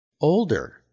older